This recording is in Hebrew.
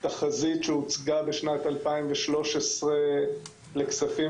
מתחזית שהוצגה בשנת 2013 של 3.9 מיליארד דולר לכספים